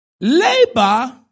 labor